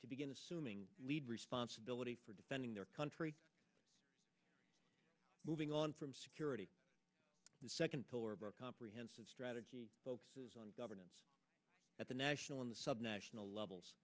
to begin assuming lead responsibility for defending their country moving on from security the second pillar of a comprehensive strategy focuses on governance at the national in the sub national level